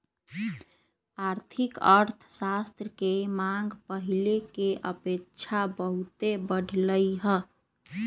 आर्थिक अर्थशास्त्र के मांग पहिले के अपेक्षा बहुते बढ़लइ ह